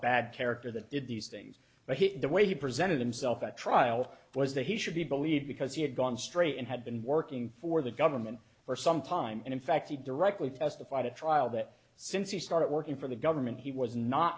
bad character that did these things but the way he presented himself at trial was that he should be believed because he had gone straight and had been working for the government for some time and in fact he directly testified at trial that since he started working for the government he was not